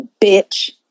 bitch